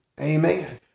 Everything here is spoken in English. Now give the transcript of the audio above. Amen